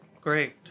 Great